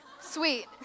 sweet